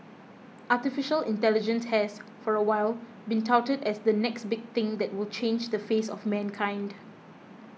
Artificial Intelligence has for a while been touted as the next big thing that will change the face of mankind